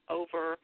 over